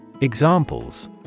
Examples